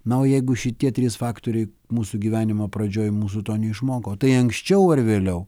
na o jeigu šitie trys faktoriai mūsų gyvenimo pradžioj mūsų to neišmoko tai anksčiau ar vėliau